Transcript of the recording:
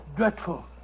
Dreadful